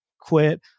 quit